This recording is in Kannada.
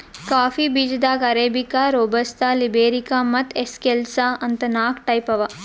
ಕಾಫಿ ಬೀಜಾದಾಗ್ ಅರೇಬಿಕಾ, ರೋಬಸ್ತಾ, ಲಿಬೆರಿಕಾ ಮತ್ತ್ ಎಸ್ಕೆಲ್ಸಾ ಅಂತ್ ನಾಕ್ ಟೈಪ್ ಅವಾ